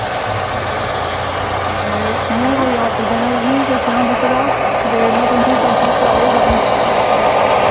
एह् में कोई आर्डर देना तुसें कोई प'ञां बूह्टें दा ते में तुसें कन्फर्म कराई ओड़गा शाम्मीं